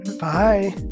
Bye